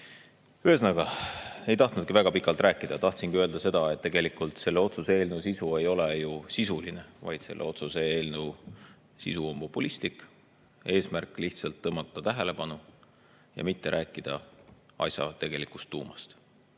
eest. Ühesõnaga, ei tahtnudki väga pikalt rääkida. Tahtsingi öelda seda, et tegelikult selle otsuse eelnõu sisu ei ole ju sisuline, vaid selle otsuse eelnõu sisu on populistlik, eesmärk on lihtsalt tõmmata tähelepanu ja mitte rääkida asja tegelikust tuumast.